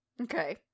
Okay